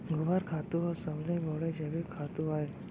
गोबर खातू ह सबले बड़े जैविक खातू अय